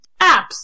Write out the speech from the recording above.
apps